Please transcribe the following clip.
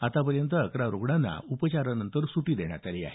आतापर्यंत अकरा रुग्णांना उपचारानंतर सुटी देण्यात आली आहे